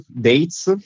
Dates